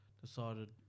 decided